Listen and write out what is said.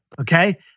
Okay